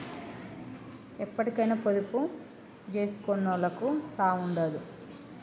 ఎప్పటికైనా పొదుపు జేసుకునోళ్లకు సావుండదు